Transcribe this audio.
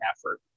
effort